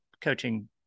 coaching